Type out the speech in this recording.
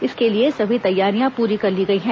इसके लिए सभी तैयारियां पूरी कर ली गई हैं